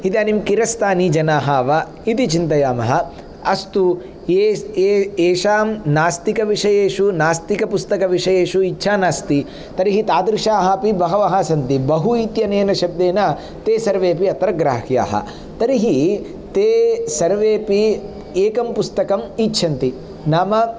इदानीं किरस्तानीजनाः वा इति चिन्तयामः अस्तु ये ये येषां नास्तिकविषयेषु नास्तिकपुस्तकविषयेषु इच्छा नास्ति तर्हि तादृशाः अपि बहवः सन्ति बहु इत्यनेन शब्देन ते सर्वेऽपि अत्र ग्राह्याः तर्हि ते सर्वेऽपि एकं पुस्तकम् इच्छन्ति नाम